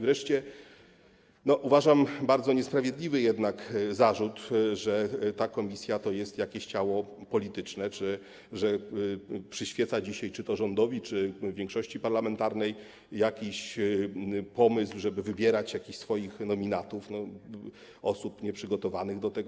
Wreszcie - uważam - bardzo jednak niesprawiedliwy zarzut, że ta komisja to jest jakieś ciało polityczne czy że przyświeca dzisiaj czy to rządowi, czy to większości parlamentarnej jakiś pomysł, żeby wybierać jakichś swoich nominatów, osoby nieprzygotowane do tego.